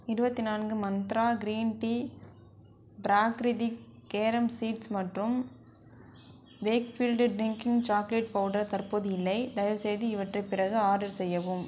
இருபத்தி நான்கு Mantra green tea Prakritik carom seeds மற்றும் வேக்ஃபீல்ட் ட்ரின்கிங் சாக்லேட் பவுடர் தற்போது இல்லை தயவுசெய்து இவற்றை பிறகு ஆர்டர் செய்யவும்